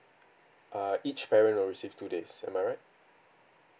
err each parent will receive two days am I right